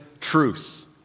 truth